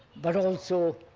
but also